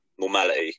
normality